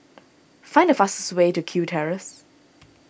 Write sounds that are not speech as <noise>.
find the fast <unintelligible> way to Kew Terrace